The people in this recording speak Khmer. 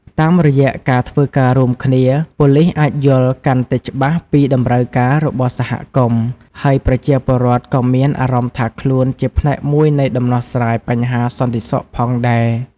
តាមរយៈការធ្វើការរួមគ្នា ប៉ូលិសអាចយល់កាន់តែច្បាស់ពីតម្រូវការរបស់សហគមន៍ ហើយប្រជាពលរដ្ឋក៏មានអារម្មណ៍ថាខ្លួនជាផ្នែកមួយនៃដំណោះស្រាយបញ្ហាសន្តិសុខផងដែរ។